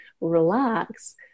relax